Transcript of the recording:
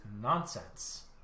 nonsense